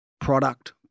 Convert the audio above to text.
product